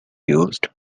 used